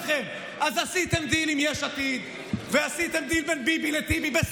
אז עשיתם דיל עם יש עתיד ועשיתם דיל בין ביבי לטיבי,